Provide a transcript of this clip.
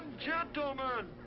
gentlemen.